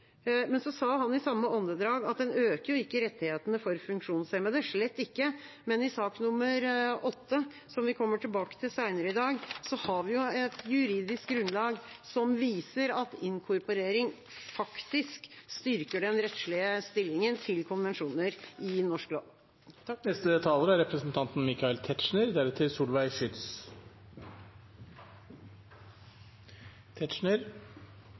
Men så sa han i samme åndedrag at en øker jo ikke rettighetene for funksjonshemmede, slett ikke, men i sak nr. 8, som vi kommer til seinere i dag, har vi jo et juridisk grunnlag som viser at inkorporering faktisk styrker den rettslige stillingen til konvensjoner i norsk lov. Man må jo forundres over Arbeiderpartiet for tiden, som synes det er